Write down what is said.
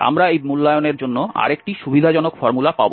আমরা এই মূল্যায়নের জন্য আরেকটি সুবিধাজনক ফর্মুলা পাব